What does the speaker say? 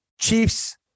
Chiefs